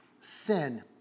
sin